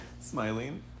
Smiling